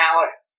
Alex